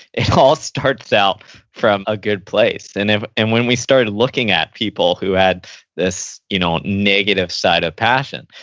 it all starts out from a good place. and and when we started looking at people who had this you know negative side of passion,